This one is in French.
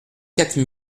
quatre